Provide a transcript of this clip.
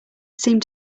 seemed